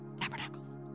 Tabernacles